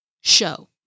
show